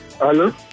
Hello